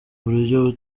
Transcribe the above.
buryo